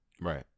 Right